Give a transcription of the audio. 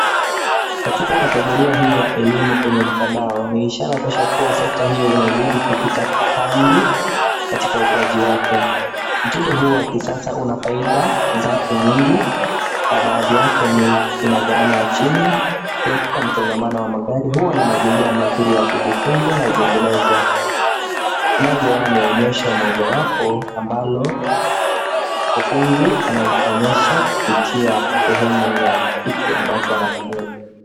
Katika kategoria hii ya elimu kwenye mtandao ni ishara tosha kuwa sekta hiyo inazidi kupita kambi katika ukuwaji wake. Mtindo huu wa kisasa unafaida zake nyingi na baadhi yake ni; ina gharama ya chini, kuepuka msongomano wa magari, huwa na mazingira mazuri ya kufunza, na zinginezo. Tunavyoona ni onyesho mmoja wapo ambalo mkufunzi anaonyesha kupitia sehemu ya kitu ambacho anatumia.